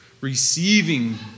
receiving